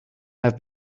have